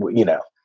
but you know,